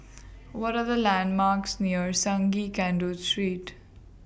What Are The landmarks near Sungei Kadut Street